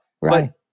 Right